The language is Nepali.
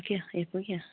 सकियो यो पुग्यो